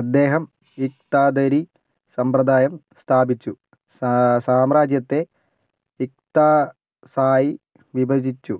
അദ്ദേഹം ഇഖ്താദരി സമ്പ്രദായം സ്ഥാപിച്ചു സാമ്രാജ്യത്തെ ഇഖ്താസായി വിഭജിച്ചു